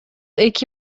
эки